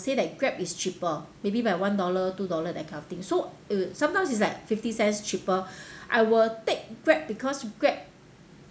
say that grab is cheaper maybe by one dollar two dollar that kind of thing so it would sometimes is like fifty cents cheaper I will take grab because grab